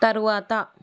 తరువాత